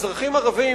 אזרחים ערבים,